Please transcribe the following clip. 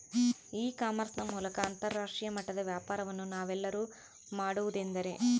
E commerce ನ ಮೂಲಕ ಅಂತರಾಷ್ಟ್ರೇಯ ಮಟ್ಟದ ವ್ಯಾಪಾರವನ್ನು ನಾವೆಲ್ಲರೂ ಮಾಡುವುದೆಂದರೆ?